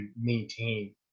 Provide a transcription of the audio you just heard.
maintain